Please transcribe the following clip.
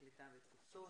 הקליטה והתפוצות,